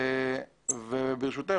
ברשותך,